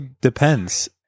depends